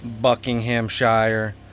Buckinghamshire